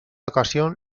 ocasión